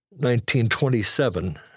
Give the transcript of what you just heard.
1927